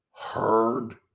heard